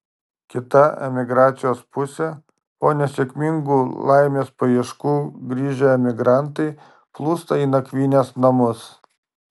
kita emigracijos pusė po nesėkmingų laimės paieškų grįžę emigrantai plūsta į nakvynės namus